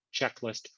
checklist